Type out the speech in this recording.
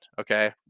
okay